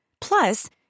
Plus